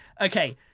Okay